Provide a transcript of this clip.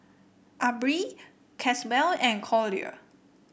Aubree Caswell and Collier